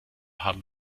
haben